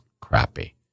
crappy